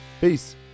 Peace